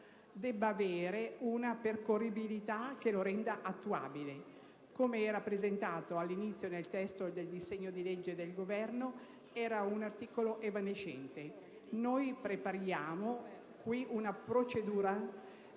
abbia una percorribilità che lo renda attuabile. Come era presentato all'inizio nel testo del disegno di legge del Governo, era un articolo evanescente. Noi prevediamo i criteri